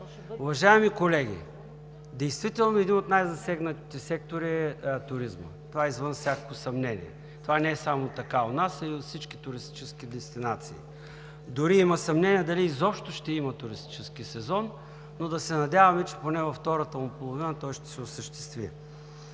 Уважаеми колеги, действително един от най-засегнатите сектори е туризмът – това е извън всякакво съмнение, не е само така у нас, а и във всички туристически дестинации, дори има съмнение дали изобщо ще има туристически сезон. Но да се надяваме, че поне във втората му половина той ще се осъществи.